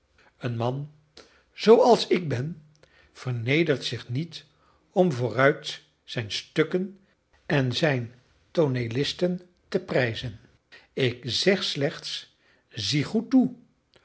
een man zoo als ik ben vernedert zich niet om vooruit zijn stukken en zijn tooneelisten te prijzen ik zeg slechts zie goed toe